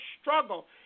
struggle